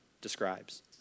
describes